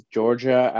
Georgia